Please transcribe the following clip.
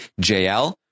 JL